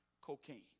cocaine